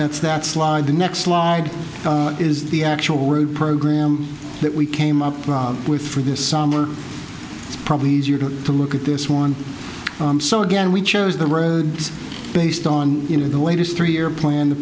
that's that slide the next slide is the actual word program that we came up with for this summer it's probably easier to to look at this one so again we chose the roads based on you know the latest three year plan the